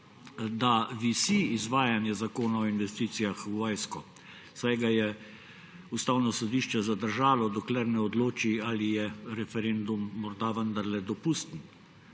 da visi izvajanje zakona o investicijah v vojsko, saj ga je Ustavno sodišče zadržalo, dokler ne odloči, ali je referendum morda vendarle dopusten.